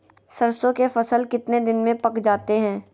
सरसों के फसल कितने दिन में पक जाते है?